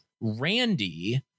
Randy